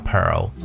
Pearl